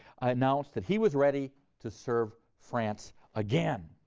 announced that he was ready to serve france again.